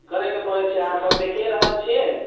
क करैके पड़ै छै अहाँ सभ देखिए रहल छियै